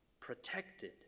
protected